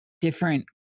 Different